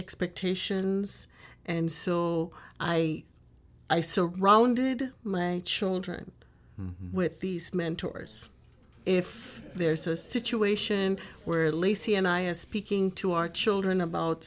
expectations and so i i so rounded my children with these mentors if there's a situation where lacey and i are speaking to our children about